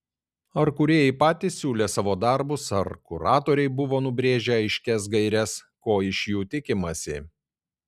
ar kūrėjai patys siūlė savo darbus ar kuratoriai buvo nubrėžę aiškias gaires ko iš jų tikimasi